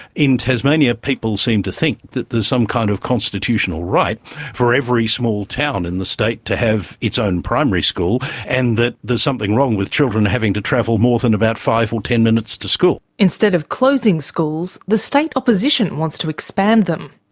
in tasmania people seemed to think that there's some kind of constitutional right for every small town in the state to have its own primary school and that there's something wrong with children having to travel more than about five or ten minutes to school. instead of closing schools, the state opposition wants to expand them.